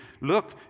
look